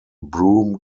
broome